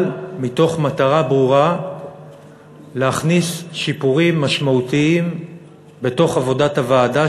אבל מתוך מטרה ברורה להכניס שיפורים משמעותיים תוך עבודת הוועדה,